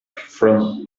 from